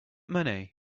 money